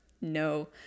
no